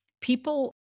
people